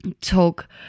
talk